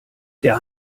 der